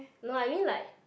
no I mean like